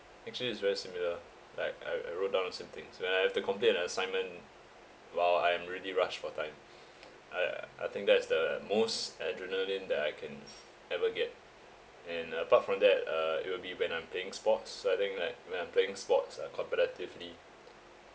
actually it's very similar like I I wrote down on somethings when I have to complete an assignment while I'm really rushed for time I I think that's the most adrenaline that I can ever get and apart from that uh it will be when I'm playing sports so I think like when I'm playing sports uh competitively